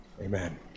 Amen